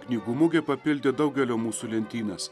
knygų mugė papildė daugelio mūsų lentynas